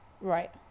Right